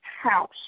house